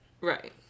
Right